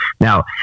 Now